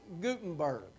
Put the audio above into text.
Gutenberg